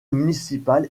municipal